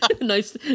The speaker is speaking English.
nice